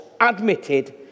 admitted